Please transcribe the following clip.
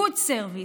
גוד סרוויס,